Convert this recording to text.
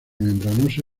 membranosa